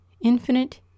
infinite